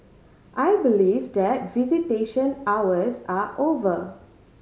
I believe that visitation hours are over